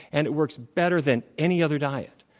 and it works better than any other diet.